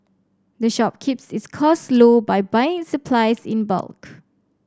the shop keeps its costs low by buying its supplies in bulk